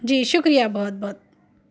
جی شکریہ بہت بہت